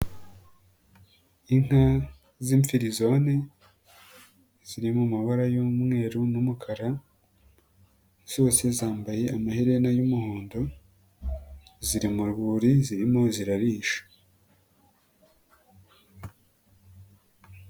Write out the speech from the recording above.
Inka z'imfirizone, ziri mu mabara y'umweru n'umukara, zose zambaye amaherena y'umuhondo, ziri mu rwuri, zirimo zirarisha.